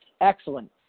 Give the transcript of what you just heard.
Excellent